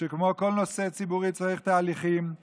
וכמו כל נושא ציבורי צריך תהליכים זהירים,